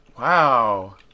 Wow